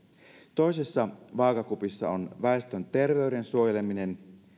toisessa vaakakupissa on väestön terveyden suojeleminen